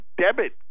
debit